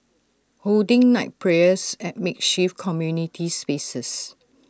holding night prayers at makeshift community spaces